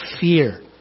fear